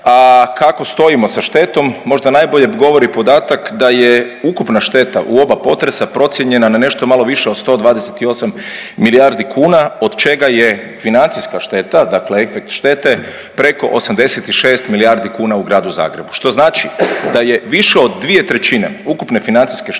a kako stojimo sa štetom možda najbolje govori podatak da je ukupna šteta u oba potresa procijenjena na nešto malo više od 128 milijardi kuna, od čega je financijska šteta, dakle efekt štete, preko 86 milijardi kuna u gradu Zagrebu, što znači da je više od 2/3 ukupne financijske štete